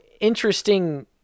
interesting